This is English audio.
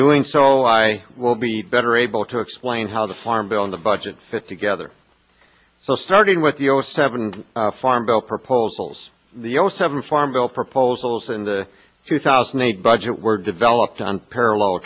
doing so i will be better able to explain how the farm bill in the budget fit together so starting with the zero seven farm bill proposals the zero seven farm bill proposals and the two thousand and eight budget were developed on parallel